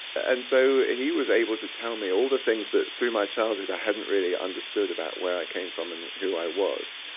and so he was able to tell me all the things that through my childhood i hadn't really understood about where i came from and who i was,